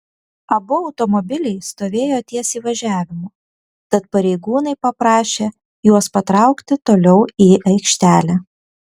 abu automobiliai stovėjo ties įvažiavimu tad pareigūnai paprašė juos patraukti toliau į aikštelę